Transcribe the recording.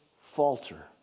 falter